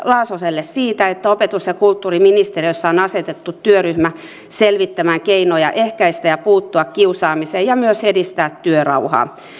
laasoselle siitä että opetus ja kulttuuriministeriössä on asetettu työryhmä selvittämään keinoja ehkäistä ja puuttua kiusaamiseen ja myös edistää työrauhaa